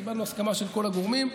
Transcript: קיבלנו הסכמה של כל הגורמים,